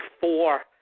four